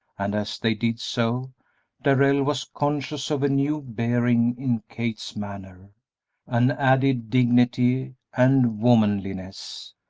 and as they did so darrell was conscious of a new bearing in kate's manner an added dignity and womanliness.